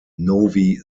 novi